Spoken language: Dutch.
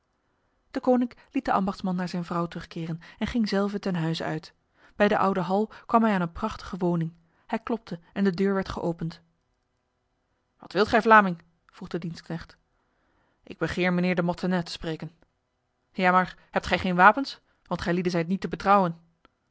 deconinck liet de ambachtsman naar zijn vrouw terugkeren en ging zelf ten huize uit bij de oude hal kwam hij aan een prachtige woning hij klopte en de deur werd geopend wat wilt gij vlaming vroeg de dienstknecht ik begeer mijnheer de mortenay te spreken ja maar hebt gij geen wapens want gij lieden zijt niet te betrouwen